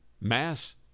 mass